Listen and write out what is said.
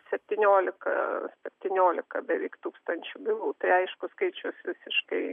septyniolika septniolika beveik tūkstančių bylų tai aišku skaičius visiškai